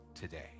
today